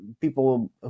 people